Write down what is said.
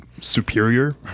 superior